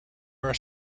are